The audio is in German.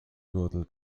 gürtel